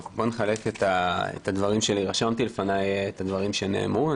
אני אתייחס לדברים שנאמרו.